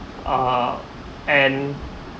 uh and